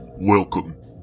Welcome